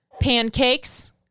pancakes